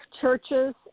churches